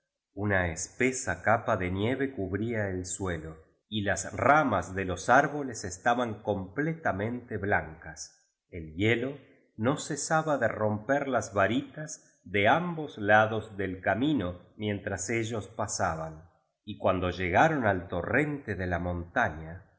una espesa capa de nieve cubría el suelo y las ramas de los árboles estaban completamente blancas el hielo no cesaba de romper las varitas d ambos lados del cami no mientras ellos pasaban y cuando llegaron al torrente de la montaña